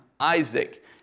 Isaac